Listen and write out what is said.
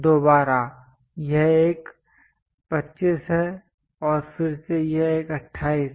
दोबारा यह एक 25 है और फिर से यह एक 28 है